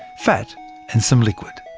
fat and some liquid.